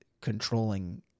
controlling